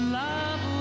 love